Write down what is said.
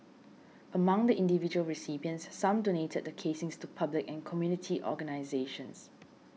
among the individual recipients some donated the casings to public and community organisations